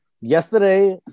yesterday